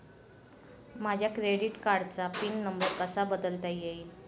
माझ्या क्रेडिट कार्डचा PIN number कसा बदलता येईल?